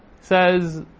says